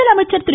முதலமைச்சா் திரு